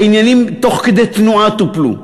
העניינים תוך כדי תנועה טופלו.